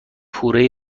پوره